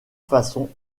façon